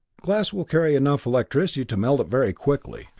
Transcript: glass will carry enough electricity to melt it very quickly.